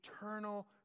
eternal